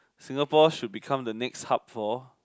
Singapore should become the next hub for